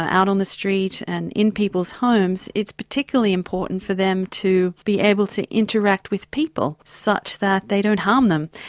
out on the street, and in people's homes, it's particularly important for them to be able to interact with people, such that they don't harm them.